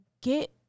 get